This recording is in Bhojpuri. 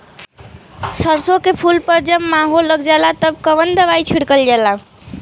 सरसो के फूल पर जब माहो लग जाला तब कवन दवाई छिड़कल जाला?